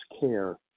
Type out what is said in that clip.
care